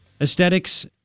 aesthetics